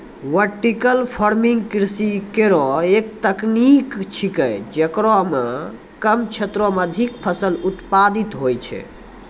vertical farming कृषि केरो एक तकनीक छिकै, जेकरा म कम क्षेत्रो में अधिक फसल उत्पादित होय छै